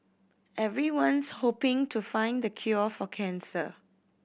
everyone's hoping to find the cure for cancer